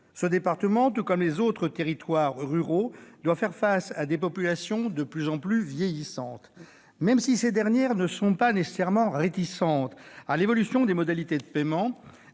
Ce département, tout comme les autres territoires ruraux, doit faire face à des populations de plus en plus vieillissantes. Même si ces dernières ne sont pas nécessairement réticentes à l'évolution des modalités de paiement,